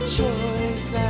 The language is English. choice